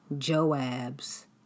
Joab's